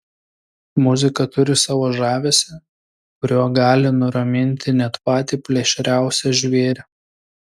muzika turi savo žavesį kuriuo gali nuraminti net patį plėšriausią žvėrį